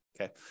Okay